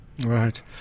Right